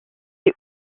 les